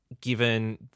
given